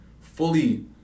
fully